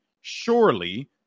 surely